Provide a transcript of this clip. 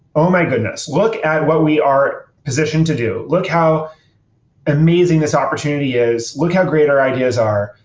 oh, my goodness. look at what we are positioned to do. look how amazing this opportunity is. look how great our ideas are.